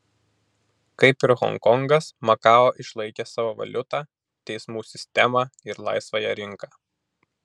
kaip ir honkongas makao išlaikė savo valiutą teismų sistemą ir laisvąją rinką